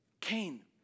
Cain